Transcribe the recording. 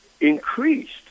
increased